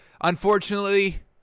unfortunately